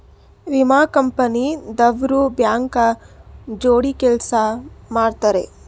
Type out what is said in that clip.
ವಿಮಾ ಕಂಪನಿ ದವ್ರು ಬ್ಯಾಂಕ ಜೋಡಿ ಕೆಲ್ಸ ಮಾಡತಾರೆನ್ರಿ?